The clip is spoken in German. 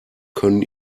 können